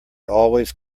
always